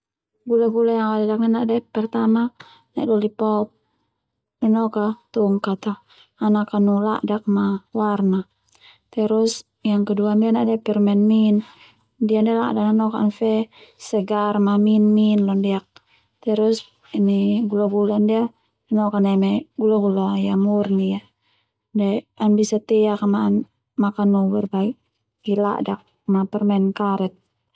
Gula-gula yang au alelak ndia na'de pertama lolipop nanoka tongkat a ana Kanu la'dak a ma warna, terus yang kedua ndia na'de permen mint ndia la'dan nanok a fe segar ma mint-mint londiak, terus gula-gula ndia nok ka neme gula-gula yang murni a de ana bisa teak ma Kanu berbagi la'dak ma ma permen karet.